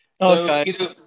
Okay